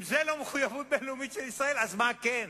אם זה לא מחויבות בין-לאומית של ישראל, אז מה כן?